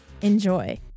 Enjoy